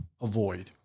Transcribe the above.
avoid